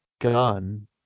gun